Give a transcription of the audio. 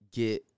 get